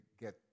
get